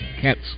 Cats